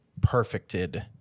perfected